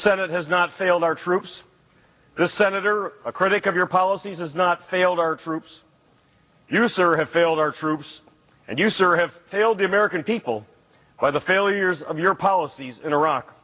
senate has not failed our troops this senator a critic of your policies has not failed our troops you sir have failed our troops and you sir have failed the american people by the failures of your policies in iraq